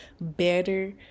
better